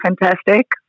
fantastic